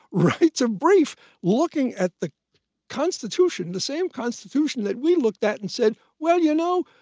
writes a brief looking at the constitution, the same constitution that we looked at and said, well, you know,